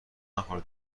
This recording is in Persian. نخور